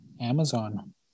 Amazon